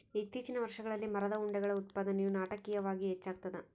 ಇತ್ತೀಚಿನ ವರ್ಷಗಳಲ್ಲಿ ಮರದ ಉಂಡೆಗಳ ಉತ್ಪಾದನೆಯು ನಾಟಕೀಯವಾಗಿ ಹೆಚ್ಚಾಗ್ತದ